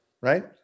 right